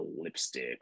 lipstick